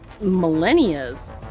millennia's